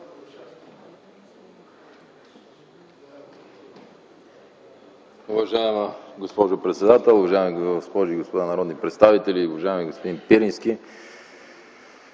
Уважаема госпожо председател, уважаеми госпожи и господа народни представители, уважаеми господин Пирински!